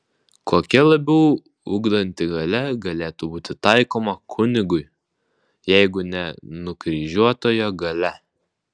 kokia labiau ugdanti galia galėtų būti taikoma kunigui jeigu ne nukryžiuotojo galia